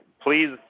please